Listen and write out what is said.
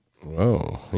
Whoa